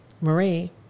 Marie